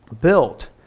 built